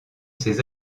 ses